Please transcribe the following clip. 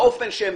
האופן שטופלו,